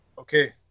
Okay